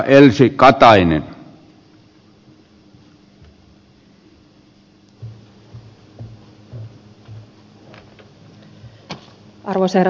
arvoisa herra puhemies